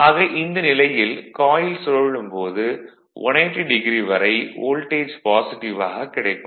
ஆக இந்த நிலையில் காயில் சுழலும் போது 180 டிகிரி வரை வோல்ட்டேஜ் பாசிட்டிவ் ஆக கிடைக்கும்